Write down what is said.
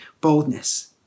boldness